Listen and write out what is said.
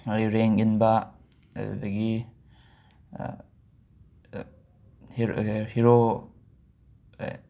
ꯑꯗꯩ ꯔꯦꯡ ꯏꯟꯕ ꯑꯗꯨꯗꯒꯤ ꯍꯦ ꯍꯤꯔꯣ